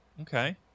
Okay